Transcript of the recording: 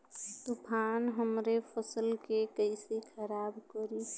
तूफान हमरे फसल के कइसे खराब करी?